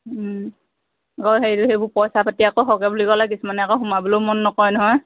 সেইবোৰ পইচা পাতি আকৌ সৰহকে বুলি কলে কিছুমনে আকৌ সোমাবলৈও মন নকৰে নহয়